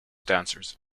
dancers